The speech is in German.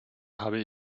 habe